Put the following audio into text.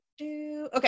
Okay